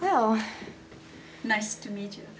will nice to meet you